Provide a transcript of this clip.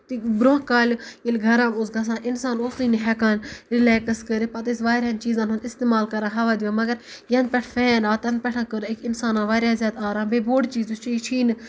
تہٕ برونٛہہ کالہٕ ییٚلہِ گرم اوس گژھان اِنسان اوسُے نہٕ ہیٚکان رِلیکٕس کٔرِتھ پَتہٕ ٲسۍ واریاہن چیٖزَن ہُنٛد اِستعمال کران ہَوا دِوان مَگر یَنہٕ پٮ۪ٹھ فین آو تَنہٕ پٮ۪ٹھ کٔر أکۍ اِنسانن واریاہ زیادٕ آرام بیٚیہِ بوٚڑ چیٖز یُس چھُ یہِ چھُ یی نہٕ